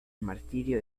martirio